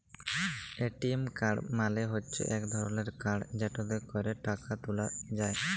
ATM card মালে হচ্যে ইক ধরলের কাড় যেটতে ক্যরে টাকা ত্যুলা যায়